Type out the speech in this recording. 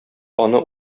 аны